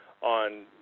on